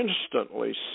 instantly